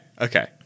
Okay